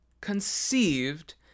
conceived